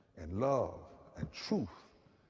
and love and truth.